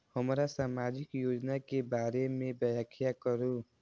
हमरा सामाजिक योजना के बारे में व्याख्या करु?